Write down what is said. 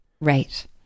Right